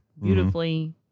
beautifully